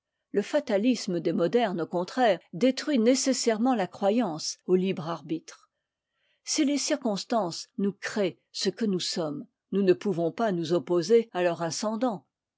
le fatalisme des modernes au contraire détruit nécessairement la croyance au libre arbitre si les circonstances nous créent ce que nous sommes nous ne pouvons pas nous opposer à leur ascendant